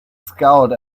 scowled